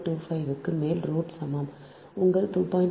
25 க்கு மேல் ரூட் சமம் உங்கள் 2